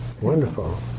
Wonderful